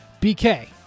BK